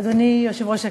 אדוני היושב-ראש,